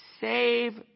save